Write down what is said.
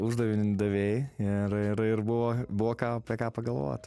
uždavinį davei ir ir buvo buvo ką apie ką pagalvot